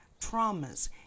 traumas